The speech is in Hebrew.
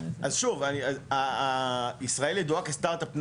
אז שוב, ישראל ידועה כסטרטאפ ניישן,